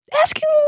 asking